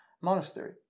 monastery